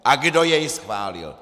A kdo jej schválil?